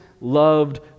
loved